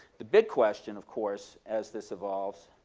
the big question, of course, as this evolves